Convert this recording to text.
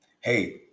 Hey